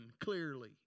clearly